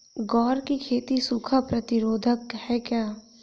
ग्वार की खेती सूखा प्रतीरोधक है क्या?